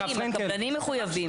הרב פרנקל ----- הקבלנים מחויבים.